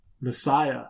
Messiah